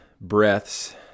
breaths